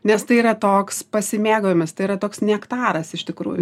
nes tai yra toks pasimėgavimas tai yra toks nektaras iš tikrųjų